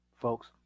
Folks